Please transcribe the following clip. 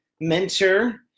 mentor